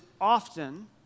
often